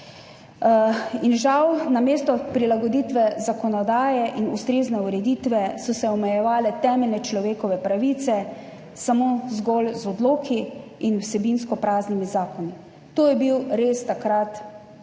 so se namesto prilagoditve zakonodaje in ustrezne ureditve omejevale temeljne človekove pravice zgolj z odloki in vsebinsko praznimi zakoni. To je bil takrat resen